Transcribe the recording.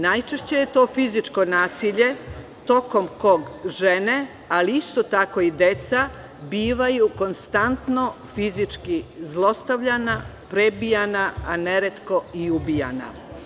Najčešće je to fizičko nasilje tokom kog žene, ali isto tako i deca bivaju konstantno fizički zlostavljana, prebijana, a neretko i ubijana.